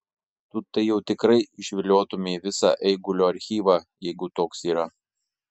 tu tai jau tikrai išviliotumei visą eigulio archyvą jeigu toks yra